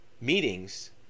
meetings